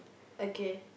okay